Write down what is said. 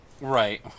right